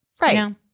right